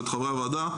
ואת חברי הוועדה,